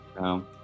No